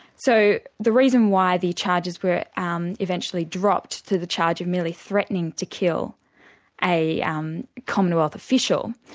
so the reason why the charges were um eventually dropped to the charge of merely threatening to kill a um commonwealth official,